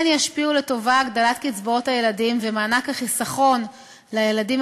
כן ישפיעו לטובה הגדלת קצבאות הילדים ומענק החיסכון לילדים,